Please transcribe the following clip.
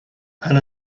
and